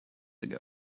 ago